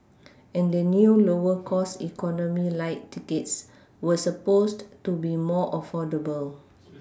and the new lower cost economy Lite tickets were supposed to be more affordable